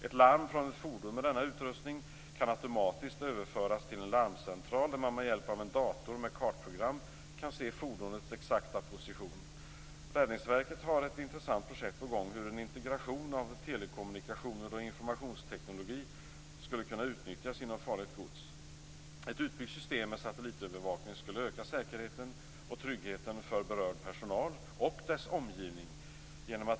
Ett larm från ett fordon med denna utrustning kan automatiskt överföras till en larmcentral, där man med hjälp av en dator med kartprogram kan se fordonets exakta position. Räddningsverket har ett intressant projekt på gång för hur en integration av telekommunikationer och informationsteknik skulle kunna utnyttjas när det gäller farligt gods. Ett utbyggt system med satellitövervakning skulle öka säkerheten och tryggheten för berörd personal och dess omgivning.